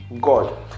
God